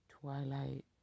Twilight